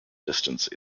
distance